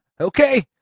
okay